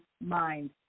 mind